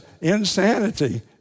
insanity